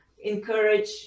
encourage